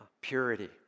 purity